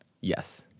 Yes